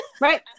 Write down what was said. Right